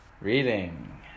Reading